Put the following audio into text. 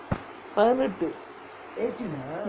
பதினெட்டு:pathinettu